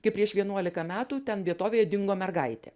kai prieš vienuolika metų ten vietovėje dingo mergaitė